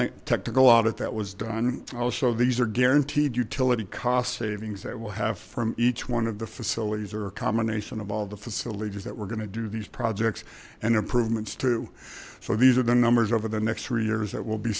the technical audit that was done also these are guaranteed utility cost savings that we'll have from each one of the facilities or a combination of all the facilities that we're going to do these projects and improvements to so these are the numbers over the next three years that we'll be